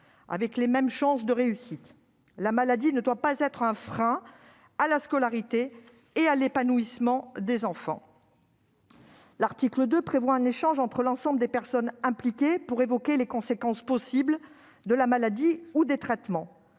des mêmes chances de réussite. La maladie ne doit pas être un frein à la scolarité et à l'épanouissement des enfants. L'article 2 prévoit un échange entre l'ensemble des personnes impliquées afin d'évoquer les conséquences possibles de la maladie ou des traitements,